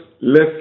left